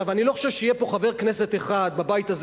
אני לא חושב שיהיה פה חבר כנסת אחד בבית הזה